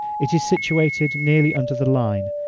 it is situated nearly under the line,